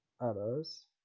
others